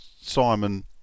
Simon